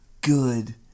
Good